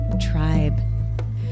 Tribe